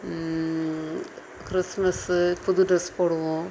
Christmas புது dress போடுவோம்